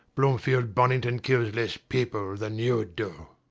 bloomfield bonington kills less people than you do.